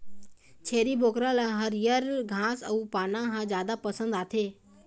छेरी बोकरा ल हरियर घास अउ पाना ह जादा पसंद आथे